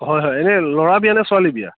হয় হয় এনে ল'ৰাৰ বিয়া নে ছোৱালীৰ বিয়া